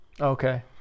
Okay